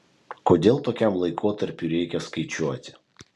kodėl tokiam laikotarpiui reikia skaičiuoti